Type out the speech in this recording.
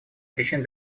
причин